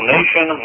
nation